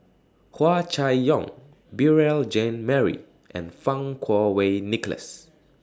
Hua Chai Yong Beurel Jean Marie and Fang Kuo Wei Nicholas